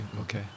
okay